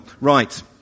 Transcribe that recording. right